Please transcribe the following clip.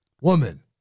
woman